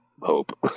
hope